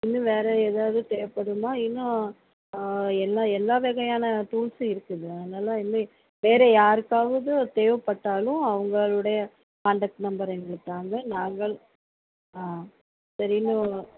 இன்னும் வேறு ஏதாவது தேவைப்படுமா இன்னும் ஆ எல்லா எல்லா வகையான டூல்ஸும் இருக்குது அதனாலே இனிமேல் வேறு யாருக்காவது தேவைப்பட்டாலும் அவர்களுடைய காண்டக்ட் நம்பர் எங்களுக்கு தாங்க நாங்கள் ஆ சரி இன்னும்